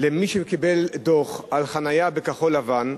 למי שקיבל דוח על חנייה בכחול-לבן,